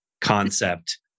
concept